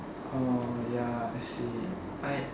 ya I see I